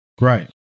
Right